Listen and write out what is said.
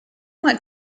went